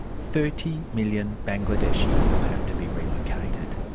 thirty million bangladeshis will have to be relocated.